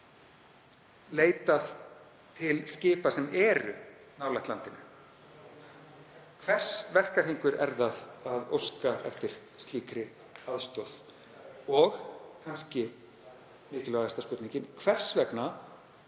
leitað til skipa sem eru nálægt landinu. Í verkahring hvers er að óska eftir slíkri aðstoð? Og kannski mikilvægasta spurningin: Hvers vegna